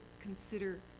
consider